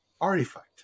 artifact